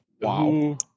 Wow